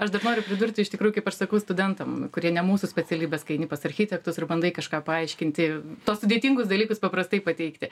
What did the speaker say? aš dar noriu pridurti iš tikrųjų kaip aš sakau studentam kurie ne mūsų specialybės kai eini pas architektus ir bandai kažką paaiškinti tuos sudėtingus dalykus paprastai pateikti